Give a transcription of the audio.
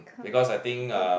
because I think uh